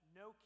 no